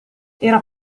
era